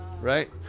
right